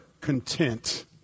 content